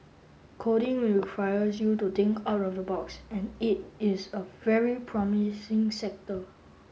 coding requires you to think out of the box and it is a very promising sector